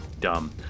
dumb